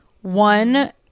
One